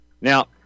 Now